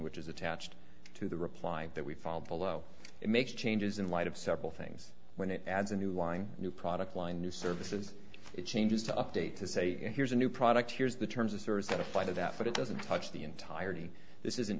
which is attached to the reply that we fall below it makes changes in light of several things when it adds a new line new product line new services it changes to update to say here's a new product here's the terms of service that apply the definite doesn't touch the entirety this isn't